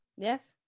Yes